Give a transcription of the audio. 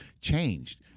changed